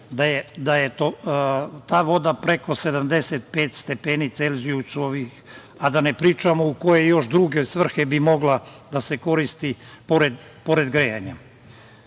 da je ta voda preko 75 stepeni celzijusovih, a da ne pričamo u koje još druge svrhe bi mogla da se koristi pored grejanja. Put